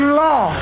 law